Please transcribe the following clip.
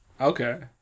Okay